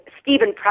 Stephen